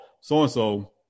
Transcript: so-and-so